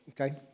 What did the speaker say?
okay